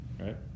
right